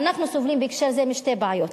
אנחנו סובלים בהקשר זה משתי בעיות.